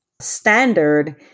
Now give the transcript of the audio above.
standard